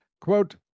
quote